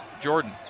Jordan